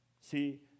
See